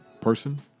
person